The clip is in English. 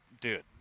dude